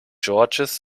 george’s